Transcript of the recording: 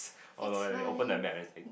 oh no they open the map thing